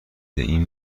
این